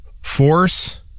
force